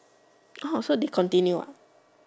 so did continue